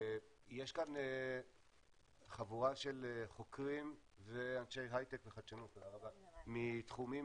יש כאן חבורה של חוקרים ואנשי הייטק וחדשנות מתחומים